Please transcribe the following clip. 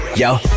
yo